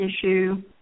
issue